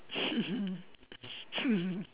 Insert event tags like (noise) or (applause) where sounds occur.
(laughs)